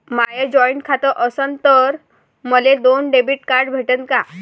माय joint खातं असन तर मले दोन डेबिट कार्ड भेटन का?